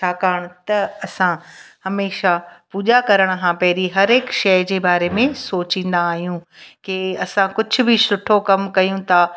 छाकाणि त असां हमेशा पूॼा करण खां पहिरीं हर हिकु शइ जे बारे में सोचींदा आहियूं की असां कुझु बि सुठो कमु कयूं था